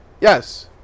yes